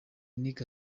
nic